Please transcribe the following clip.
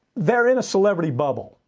they're in a celebrity bubble.